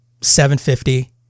750